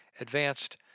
Advanced